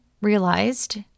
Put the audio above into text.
realized